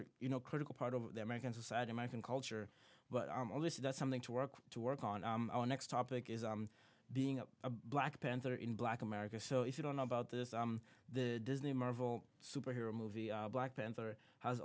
a you know critical part of the american society american culture but listen that's something to work to work on next topic is being up black panther in black america so if you don't know about this the disney marvel superhero movie black panther has